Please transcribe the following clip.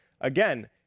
Again